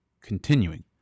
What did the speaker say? Continuing